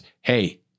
hey